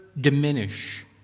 diminish